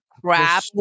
crap